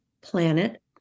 Planet